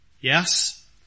Yes